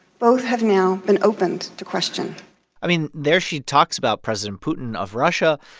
both have now been opened to question i mean, there she talks about president putin of russia,